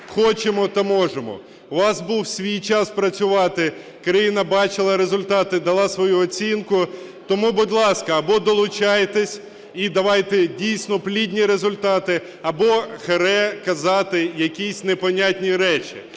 хочемо та можемо. У вас був свій час працювати, країна бачила результати, дала свою оцінку. Тому, будь ласка, або долучайтесь і давайте дійсно плідні результати або "харе" казати якісь непонятні речі.